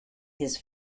his